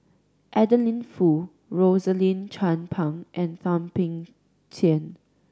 Adeline Foo Rosaline Chan Pang and Thum Ping Tjin